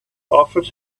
offered